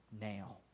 now